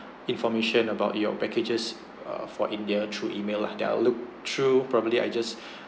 information about your packages uh for india through email lah that I'll look through probably I just